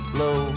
low